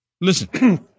listen